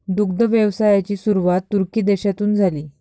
दुग्ध व्यवसायाची सुरुवात तुर्की देशातून झाली